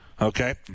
Okay